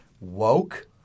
woke